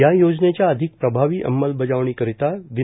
या योजनेच्या अधिक प्रभावी अंमलबजावणीकरीता दि